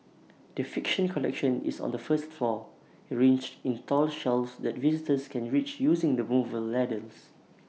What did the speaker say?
the fiction collection is on the first floor arranged in tall shelves that visitors can reach using the movable ladders